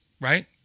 Right